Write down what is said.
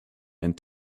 and